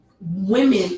women